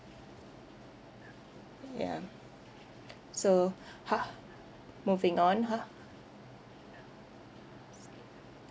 yeah so !huh! moving on !huh!